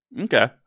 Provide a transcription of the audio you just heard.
Okay